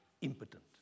impotent